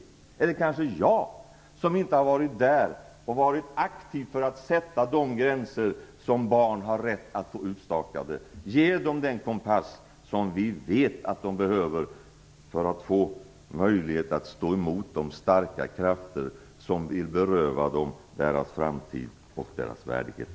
Är det kanske jag, som inte har varit där och varit aktiv för att sätta de gränser som barn har rätt att få utstakade och ge dem den kompass som vi vet att de behöver för att få möjlighet att stå emot de starka krafter som vill beröva dem deras framtid och deras värdighet?